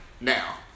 Now